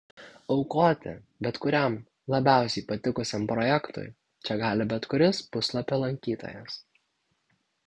aukoti bet kuriam labiausiai patikusiam projektui čia gali bet kuris puslapio lankytojas